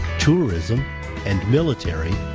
tourism and military,